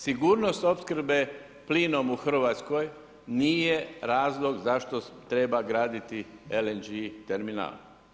Sigurnost opskrbe plinom u Hrvatskoj nije razlog zašto treba graditi LNG terminal.